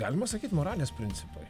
galima sakyt moralės principai